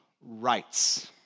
rights